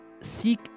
seek